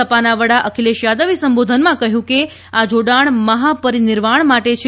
સપાના વડા અખિલેશ યાદવે સંબોધનમાં કહ્યું કે આ જોડાણ મહાપરિ નિર્વાણ માટે છે